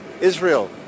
Israel